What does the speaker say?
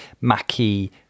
Mackie